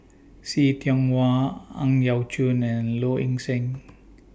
See Tiong Wah Ang Yau Choon and Low Ing Sing